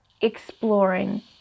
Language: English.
exploring